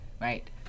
Right